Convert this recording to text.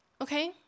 okay